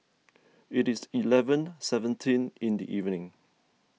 it is eleven seventeen in the evening